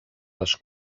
les